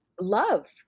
love